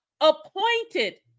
appointed